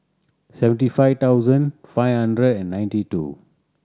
seventy five thousand five hundred and ninety two